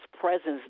presence